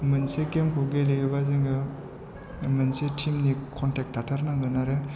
मोनसे गेमखौ गेलेयोब्ला जोङो मोनसे टिमनि कन्टेक्ट थाथार नांगोन आरो